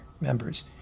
members